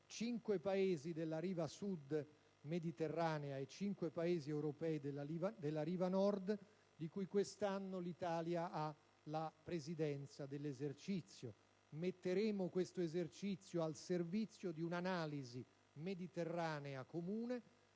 cinque Paesi della riva Sud mediterranea e cinque Paesi europei della riva Nord: quest'anno l'Italia ha la presidenza del relativo esercizio. Metteremo, dunque, tale esercizio al servizio di un'analisi mediterranea comune